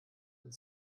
und